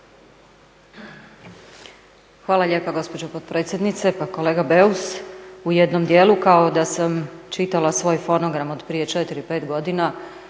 Hvala lijepa gospođo potpredsjednice. Pa kolega Beus u jednom dijelu kao da sam čitala svoj fonogram od prije četiri,